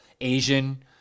Asian